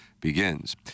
begins